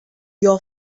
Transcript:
your